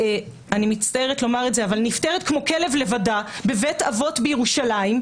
אני מצטערת לומר את זה - שנפטרת כמו כלב לבדה בבית אבות בירושלים,